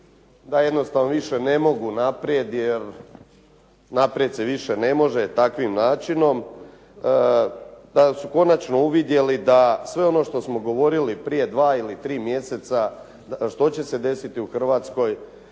da jednostavno više ne mogu naprijed, jer naprijed se više ne može takvim načinom, kada su konačno uvidjeli da sve ono što smo govorili prije dva ili tri mjeseca što će se desiti u Hrvatskoj